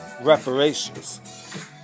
Reparations